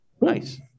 Nice